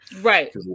Right